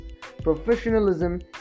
professionalism